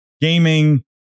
gaming